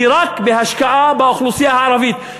היא רק בהשקעה באוכלוסייה הערבית,